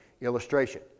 illustration